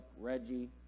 Reggie